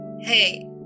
hey